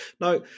Now